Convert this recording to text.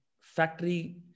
factory